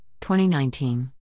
2019